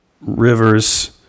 Rivers